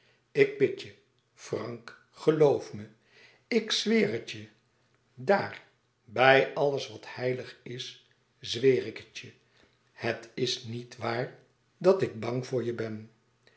ik bid je frank geloof me ik zweer het je daar bij alles wat heilig is zweer ik het je het is niet waar dat ik bang voor je ben